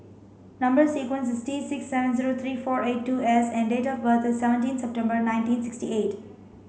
number sequence is T six seven zero three four eight two S and date of birth is seventeen September nineteen sixty eight